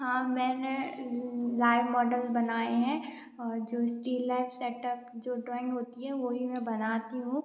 हाँ मैंने मॉडल बनाए हैं और जो स्टील लाइफ सेटअप जो ड्राॅइंग होती हैं वो ही मैं बनाती हूँ